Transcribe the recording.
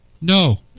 No